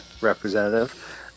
representative